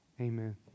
amen